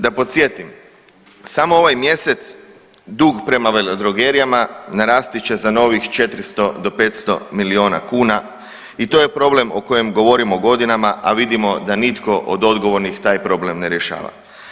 Da podsjetim, samo ovaj mjesec dug prema veledrogerijama narasti će za novih 400 do 500 miliona kuna i to je problem o kojem govorimo godinama, a vidimo da nitko od odgovornih taj problem ne rješava.